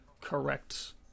correct